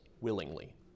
willingly